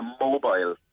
mobile